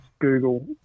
Google